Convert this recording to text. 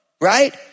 right